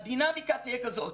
הדינמיקה תהיה כזאת: